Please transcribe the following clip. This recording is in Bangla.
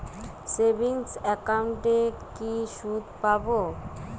সেভিংস একাউন্টে কি সুদ পাব?